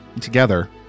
together